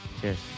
Cheers